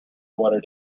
what